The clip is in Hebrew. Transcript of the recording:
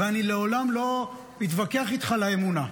ואני לעולם אתווכח איתך על האמונה.